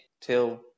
till